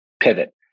pivot